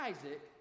Isaac